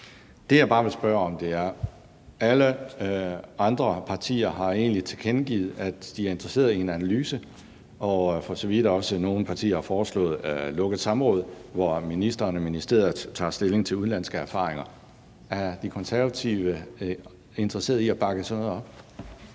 noget, jeg vil spørge om. Alle andre partier har egentlig tilkendegivet, at de er interessede i en analyse, og nogle partier har for så vidt også foreslået et lukket samråd, hvor ministeren og ministeriet tager stilling til udenlandske erfaringer. Er De Konservative interesserede i at bakke sådan noget op?